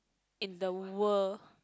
in the world